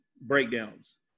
breakdowns